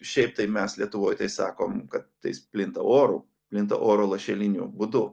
šiaip tai mes lietuvoj tai sakom kad tais plinta oru plinta oro lašeliniu būdu